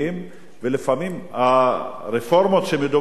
ולפעמים הרפורמות שמדובר בהן,